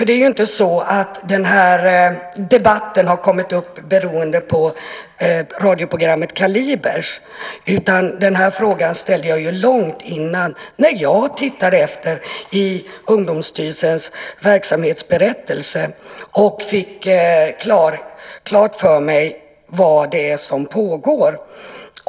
Det är inte så att den här debatten har kommit upp på grund av radioprogrammet Kaliber utan jag ställde min interpellation långt dessförinnan när jag hade läst Ungdomsstyrelsens verksamhetsberättelse och fått klart för mig vad som pågår.